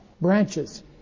branches